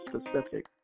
specific